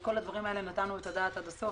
על כל הדברים האלה נתנו את הדעת עד הסוף.